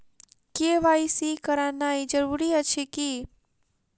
KYC करानाइ जरूरी अछि की?